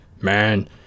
man